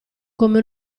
come